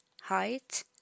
height